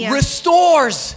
restores